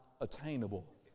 attainable